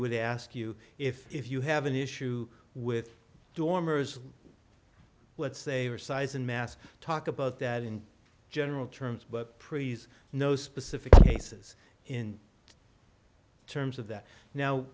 would ask you if you have an issue with dormers let's say or size and mass talk about that in general terms but praise no specific cases in terms of that now